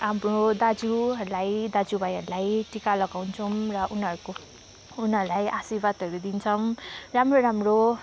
हाम्रो दाजुहरूलाई दाजुभाइहरूलाई टिका लगाउँछौँ र उनीहरूको उनीहरूलाई आशीर्वादहरू दिन्छौँ राम्रो राम्रो